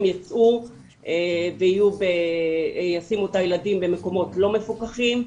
יצאו וישימו את הילדים במקומות לא מפוקחים,